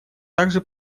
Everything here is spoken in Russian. также